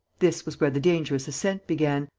this was where the dangerous ascent began,